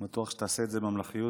אני בטוח שתעשה את זה בממלכתיות,